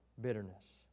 bitterness